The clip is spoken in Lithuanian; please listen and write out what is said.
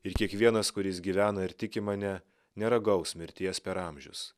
ir kiekvienas kuris gyvena ir tiki mane neragaus mirties per amžius